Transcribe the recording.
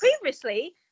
previously